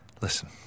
Listen